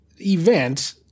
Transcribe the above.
event